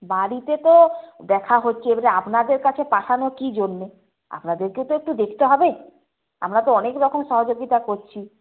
বাড়িতে তো দেখা হচ্ছে এবারে আপনাদের কাছে পাঠানো কী জন্যে আপনাদেরকেও তো একটু দেখতে হবে আমরা তো অনেক রকম সহযোগিতা করছি